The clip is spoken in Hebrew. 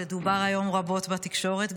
שדובר היום רבות בתקשורת,